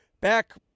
Back